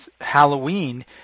Halloween